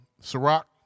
Siroc